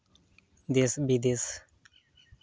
ᱫᱮᱥ ᱵᱤᱫᱮᱥ